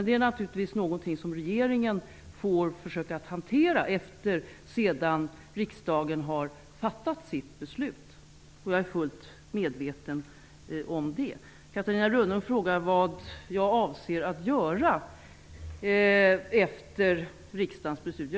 Det är naturligtvis något som regeringen får försöka att hantera sedan riksdagen har fattat sitt beslut. Jag är fullt medveten om det. Catarina Rönnung frågar vad jag avser att göra efter riksdagens beslut.